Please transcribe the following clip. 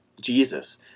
Jesus